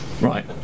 Right